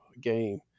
game